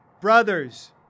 brothers